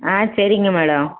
ஆ சரிங்க மேடம்